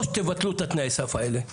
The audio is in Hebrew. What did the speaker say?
או שתבטלו את התנאי סף האלה,